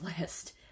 list